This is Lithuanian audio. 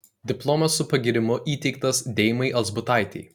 diplomas su pagyrimu įteiktas deimai alzbutaitei